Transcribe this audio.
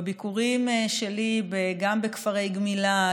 בביקורים שלי גם בכפרי גמילה,